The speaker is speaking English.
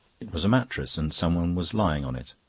it was a mattress, and someone was lying on it.